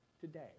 Today